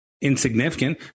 insignificant